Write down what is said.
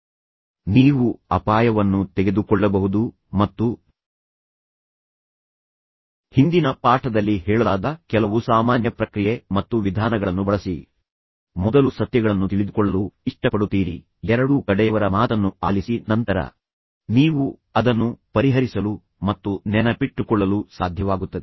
ಆದ್ದರಿಂದ ನೀವು ಅಪಾಯವನ್ನು ತೆಗೆದುಕೊಳ್ಳಬಹುದು ಮತ್ತು ನಂತರ ನಿಮ್ಮ ನಿರ್ಣಯವು ಹೇಗೆ ಕೆಲಸ ಮಾಡಲು ಪ್ರಯತ್ನಿಸುತ್ತಿದೆ ಎಂಬುದನ್ನು ನೋಡಬಹುದು ಮತ್ತು ಹಿಂದಿನ ಪಾಠಕ್ಕೆ ಮರಳಿ ನೋಡಿ ಹೇಳಲಾದ ಕೆಲವು ಸಾಮಾನ್ಯ ಪ್ರಕ್ರಿಯೆ ಮತ್ತು ವಿಧಾನಗಳನ್ನು ಬಳಸಿ ನೀವು ಮೊದಲು ಸತ್ಯಗಳನ್ನು ತಿಳಿದುಕೊಳ್ಳಲು ಇಷ್ಟಪಡುತ್ತೀರಿ ಸಹಾನುಭೂತಿಯನ್ನು ಬಳಸಿ ಎರಡೂ ಕಡೆಯವರ ಮಾತನ್ನು ಆಲಿಸಿ ನಂತರ ಮೂರನೇ ಬದಿಗೆ ಆಕಸ್ಮಿಕತೆಯನ್ನು ನೀಡಿ ಮತ್ತು ಅದರೊಂದಿಗೆ ನೀವು ಅದನ್ನು ಪರಿಹರಿಸಲು ಮತ್ತು ನೆನಪಿಟ್ಟುಕೊಳ್ಳಲು ಸಾಧ್ಯವಾಗುತ್ತದೆ